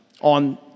on